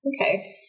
Okay